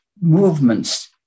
movements